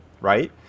right